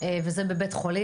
וזה בבית חולים.